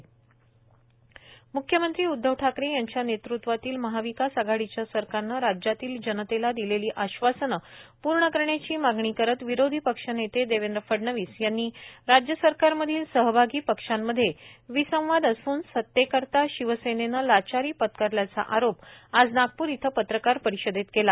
म्ख्यमंत्री उध्दव ठाकरे यांच्या नेतृतवातील महाविकास आघाडीच्या सरकारने राज्यातील जनतेला दिलेली आश्वासने पूर्ण करण्याची मागणी करीत विराधी पक्ष नेते देवेद्र फडणवीस यांनी राज्य सरकारमधील सहभागी पक्षांमध्ये विसंवाद असून सतेकरीता शिवसेनेनं लाचारी पत्कारल्याचा आरोप आज नागपूर येथे पत्रकार परिषदेत केला